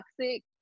toxic